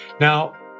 Now